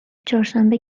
چهارشنبه